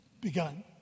begun